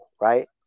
right